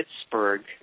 Pittsburgh